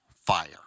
fire